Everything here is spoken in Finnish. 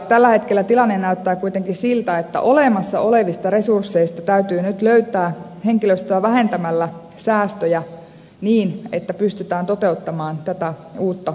tällä hetkellä tilanne näyttää kuitenkin siltä että olemassa olevista resursseista täytyy nyt löytää henkilöstöä vähentämällä säästöjä niin että pystytään toteuttamaan tätä uutta rangaistusmuotoa